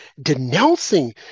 denouncing